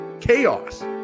Chaos